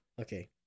Okay